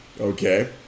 Okay